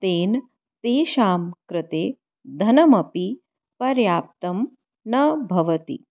तेन तेषां कृते धनमपि पर्याप्तं न भवति